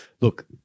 Look